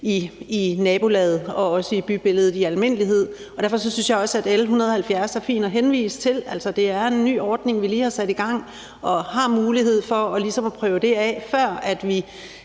i nabolaget og også i bybilledet i almindelighed. Derfor synes jeg også, at det er fint at henvise til L 170. Altså, det er en ny ordning, som vi lige har sat i gang, og hvor vi ligesom har en mulighed for at prøve det af, før vi